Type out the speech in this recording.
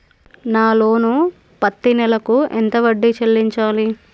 నా లోను పత్తి నెల కు ఎంత వడ్డీ చెల్లించాలి?